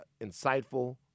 insightful